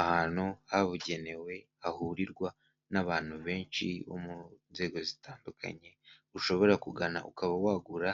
Ahantu habugenewe hahurirwa n'abantu benshi bo mu nzego zitandukanye, ushobora kugana ukaba wagura